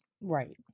Right